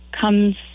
comes